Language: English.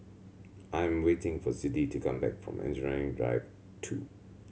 I am waiting for Siddie to come back from Engineering Drive Two